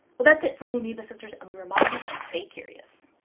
that's it for the amoeba sisters and we remind you to stay curious!